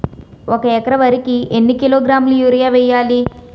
ఒక ఎకర వరి కు ఎన్ని కిలోగ్రాముల యూరియా వెయ్యాలి?